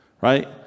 Right